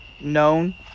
known